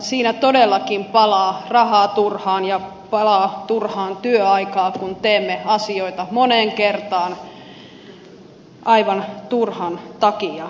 siinä todellakin palaa rahaa turhaan ja palaa turhaan työaikaa kun teemme asioita moneen kertaan aivan turhan takia